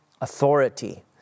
authority